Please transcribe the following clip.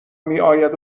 میاید